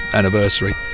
anniversary